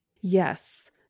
Yes